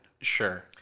Sure